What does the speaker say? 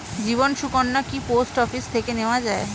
জীবন সুকন্যা কি পোস্ট অফিস থেকে নেওয়া যায়?